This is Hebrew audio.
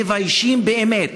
מביישות באמת.